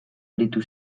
aritu